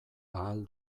ahal